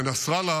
שנסראללה